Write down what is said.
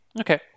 Okay